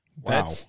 Wow